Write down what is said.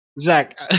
Zach